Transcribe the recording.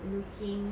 looking